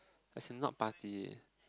as in not party